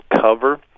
cover